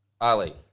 Ali